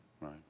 Right